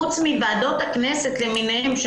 חוץ מוועדות הכנסת למיניהן.